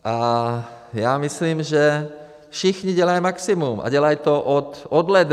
A já myslím, že všichni dělají maximum, a dělají to od ledna.